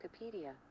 Wikipedia